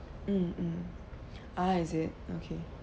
mm mm ah is it okay